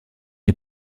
est